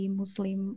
muslim